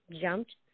jumped